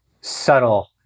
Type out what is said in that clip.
subtle